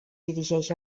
dirigeix